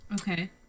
Okay